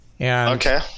Okay